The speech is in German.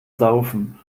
saufen